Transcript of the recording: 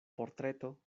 portreto